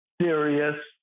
serious